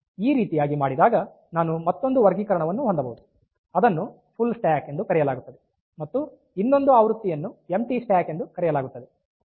ಈ ರೀತಿಯಾಗಿ ಮಾಡಿದಾಗ ನಾನು ಮತ್ತೊಂದು ವರ್ಗೀಕರಣವನ್ನು ಹೊಂದಬಹುದು ಅದನ್ನು ಫುಲ್ ಸ್ಟಾಕ್ ಎಂದು ಕರೆಯಲಾಗುತ್ತದೆ ಮತ್ತು ಇನ್ನೊಂದು ಆವೃತ್ತಿಯನ್ನು ಎಂಪ್ಟಿ ಸ್ಟ್ಯಾಕ್ ಎಂದು ಕರೆಯಲಾಗುತ್ತದೆ